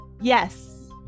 yes